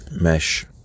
Mesh